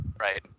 right